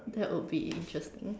that would be interesting